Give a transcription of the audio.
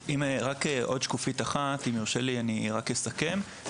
רק עוד שקופית אחת, אם יורשה לי, אני רק אסכם.